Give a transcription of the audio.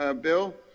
bill